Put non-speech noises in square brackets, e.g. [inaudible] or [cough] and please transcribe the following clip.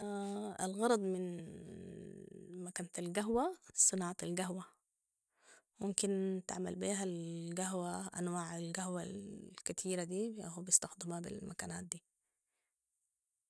[hesitation] الغرض من [hesitation] مكنة القهوة صناعة القهوة ممكن تعمل بيها القهوة انواع القهوة الكتيرة دي ياهو بيستخدموها بالمكنات دي